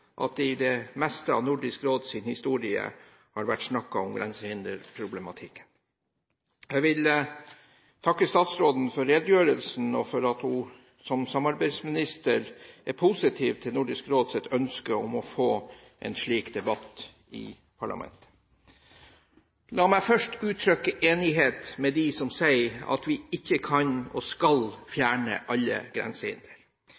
at det i det meste av Nordisk råds historie har vært snakket om grensehinderproblematikken. Jeg vil takke statsråden for redegjørelsen og for at hun som samarbeidsminister er positiv til Nordisk råds ønske om å få en slik debatt i parlamentene. La meg først uttrykke enighet med dem som sier at vi ikke kan og skal